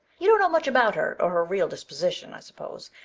you don't know much about her or her real disposition, i suppose,